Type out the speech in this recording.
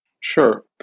Sure